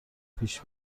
پیش